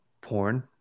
porn